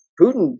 Putin